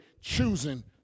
choosing